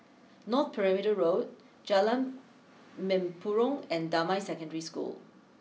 North Perimeter Road Jalan Mempurong and Damai Secondary School